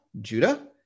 Judah